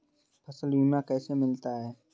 फसल बीमा कैसे मिलता है?